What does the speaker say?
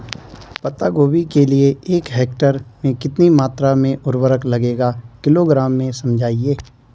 पत्ता गोभी के लिए एक हेक्टेयर में कितनी मात्रा में उर्वरक लगेगा किलोग्राम में समझाइए?